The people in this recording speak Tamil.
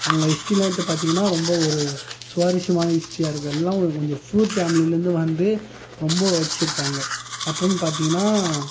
அவங்க ஹிஸ்ட்ரிலாம் எடுத்து பார்த்தீங்கன்னா ரொம்ப ஒரு சுவாரஸ்யமான ஹிஸ்ட்ரியா இருக்கும் எல்லாம் கொஞ்சம் ஃபூர் ஃபேமிலியில் இருந்து வந்து ரொம்ப உழைச்சிருக்காங்க அப்புறம்னு பார்த்தீங்கன்னா